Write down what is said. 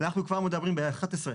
אנחנו כבר מדברים על שעה 11:00,